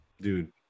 dude